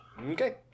Okay